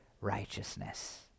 righteousness